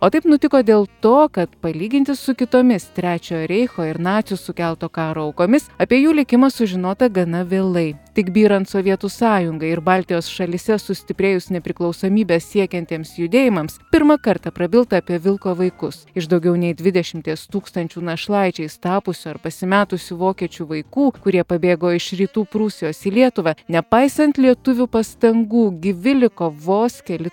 o taip nutiko dėl to kad palyginti su kitomis trečiojo reicho ir nacių sukelto karo aukomis apie jų likimą sužinota gana vėlai tik byrant sovietų sąjungai ir baltijos šalyse sustiprėjus nepriklausomybės siekiantiems judėjimams pirmą kartą prabilta apie vilko vaikus iš daugiau nei dvidešimties tūkstančių našlaičiais tapusių ar pasimetusių vokiečių vaikų kurie pabėgo iš rytų prūsijos į lietuvą nepaisant lietuvių pastangų gyvi liko vos keli